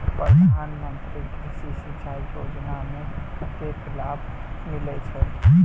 प्रधान मंत्री कृषि सिंचाई योजना मे कतेक लाभ मिलय छै?